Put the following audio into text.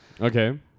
Okay